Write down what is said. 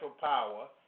power